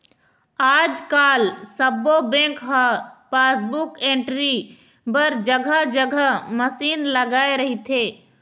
आजकाल सब्बो बेंक ह पासबुक एंटरी बर जघा जघा मसीन लगाए रहिथे